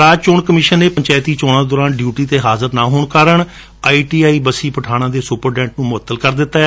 ਰਾਜ ਚੋਣ ਕਮਿਸ਼ਨ ਨੇ ਪੰਚਾਇਤੀ ਚੋਣਾਂ ਦੌਰਾਨ ਡਿਊਟੀ ਤੇ ਹਾਜ਼ਰ ਨਾ ਹੋਣ ਕਾਰਨ I T I Bassi Pathana ਦੇ ਸੁਪਰਡੈਟ ਨੂੰ ਮੁਅੱਤਲ ਕਰ ਦਿੱਤੈ